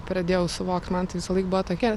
pradėjau suvokt man tai visąlaik buvo tokia